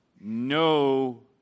no